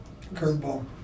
Curveball